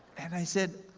and i said,